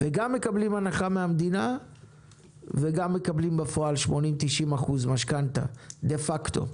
שגם מקבלים הנחה מהמדינה וגם מקבלים בפועל 80%-90% משכנתה דה-פקטו.